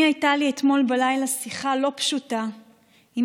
הייתה לי אתמול בלילה שיחה לא פשוטה עם